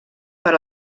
per